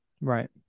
Right